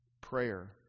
Prayer